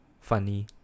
funny